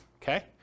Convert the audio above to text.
Okay